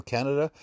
Canada